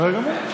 בסדר גמור.